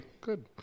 Good